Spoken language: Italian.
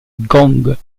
gong